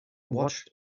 watched